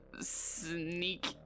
sneak